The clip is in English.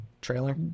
trailer